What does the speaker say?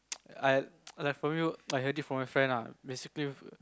I I heard it from my friend lah basically